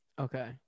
Okay